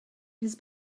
his